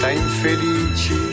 infelici